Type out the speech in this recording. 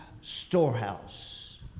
storehouse